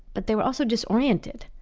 but they were also disoriented.